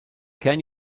can